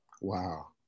Wow